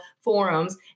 forums